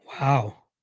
Wow